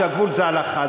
שהגבול זה הלכה.